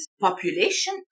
population